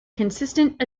consistent